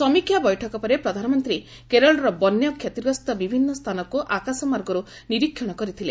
ସମୀକ୍ଷା ବୈଠକ ପରେ ପ୍ରଧାନମନ୍ତ୍ରୀ କେରଳର ବନ୍ୟା କ୍ଷତିଗ୍ରସ୍ତ ବିଭିନ୍ନ ସ୍ଥାନକୁ ଆକାଶମାର୍ଗରୁ ନିରୀକ୍ଷଣ କରିଥିଲେ